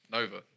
Nova